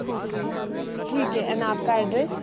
okay ठीक है एन आपका एड्रेस